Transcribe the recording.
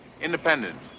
Independent